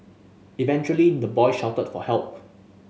eventually the boy shouted for help